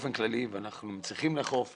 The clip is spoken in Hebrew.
ואנחנו צריכים לאכוף ולשמור,